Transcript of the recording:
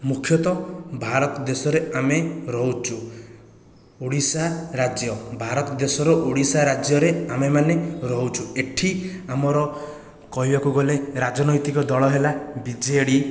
ମୁଖ୍ୟତଃ ଭାରତ ଦେଶରେ ଆମେ ରହୁଛୁ ଓଡ଼ିଶା ରାଜ୍ୟ ଭାରତ ଦେଶର ଓଡ଼ିଶା ରାଜ୍ୟରେ ଆମେ ମାନେ ରହୁଛୁ ଏଠି ଆମର କହିବାକୁ ଗଲେ ରାଜନୈତିକ ଦଳ ହେଲା ବିଜେଡ଼ି